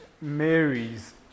Mary's